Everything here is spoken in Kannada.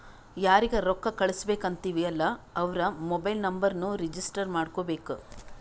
ಯಾರಿಗ ರೊಕ್ಕಾ ಕಳ್ಸುಬೇಕ್ ಅಂತಿವ್ ಅಲ್ಲಾ ಅವ್ರ ಮೊಬೈಲ್ ನುಂಬರ್ನು ರಿಜಿಸ್ಟರ್ ಮಾಡ್ಕೋಬೇಕ್